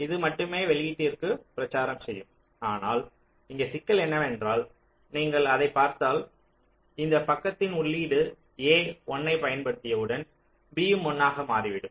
இது மட்டுமே வெளியீட்டிற்கு பிரச்சாரம் செய்யும் ஆனால் இங்கே சிக்கல் என்னவென்றால் நீங்கள் அதைப் பார்த்தால் இந்த பக்கத்தின் உள்ளீடு a 1 ஐப் பயன்படுத்தியவுடன் b யும் 1 ஆக மாறிவிடும்